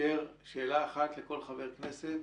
אאשר שאלה אחת לכל חבר כנסת.